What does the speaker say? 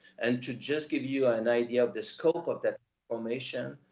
and to just give you an idea of the scope of that formation,